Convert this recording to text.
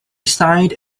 signed